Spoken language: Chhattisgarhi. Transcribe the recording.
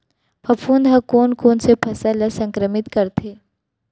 फफूंद ह कोन कोन से फसल ल संक्रमित करथे?